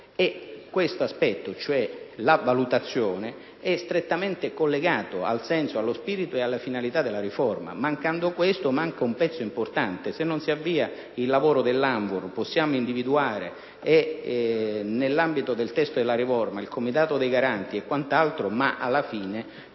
questo aspetto, la valutazione, è strettamente collegato al senso, allo spirito alla finalità della riforma: mancando questo manca un pezzo importante. Se non si avvia il lavoro dell'ANVUR possiamo individuare nell'ambito del disegno di legge il comitato dei garanti e quant'altro ma alla fine